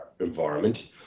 environment